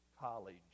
college